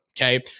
okay